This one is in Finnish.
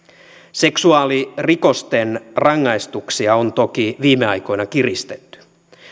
seksuaalirikosten rangaistuksia on toki viime aikoina kiristetty